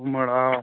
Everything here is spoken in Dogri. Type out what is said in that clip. मड़ा